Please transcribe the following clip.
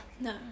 No